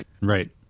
Right